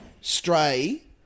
stray